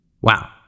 wow